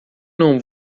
não